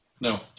No